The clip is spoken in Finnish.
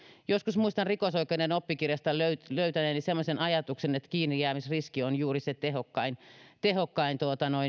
joskus muistan rikosoikeuden oppikirjasta löytäneeni semmoisen ajatuksen että kiinnijäämisriski on juuri se tehokkain tehokkain